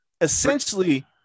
essentially